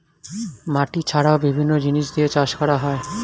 মাটি ছাড়াও বিভিন্ন জিনিস দিয়ে চাষ করা হয়